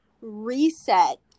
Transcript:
reset